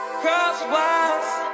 crosswise